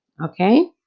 Okay